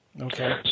Okay